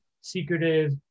secretive